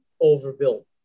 overbuilt